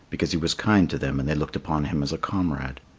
because he was kind to them and they looked upon him as a comrade.